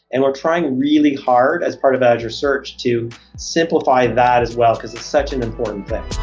and we're trying really hard as part of azure search to simplify that as well, because it's such an important thing